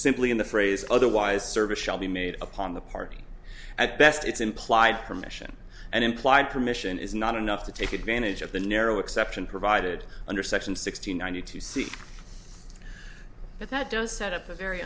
simply in the phrase otherwise service shall be made upon the party at best it's implied permission and implied permission is not enough to take advantage of the narrow exception provided under section sixty nine you to see but that does set up a very